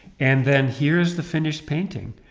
and then here's the finished painting!